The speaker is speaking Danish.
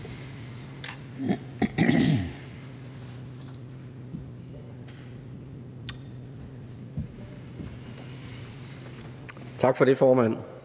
Tak for det, formand.